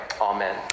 Amen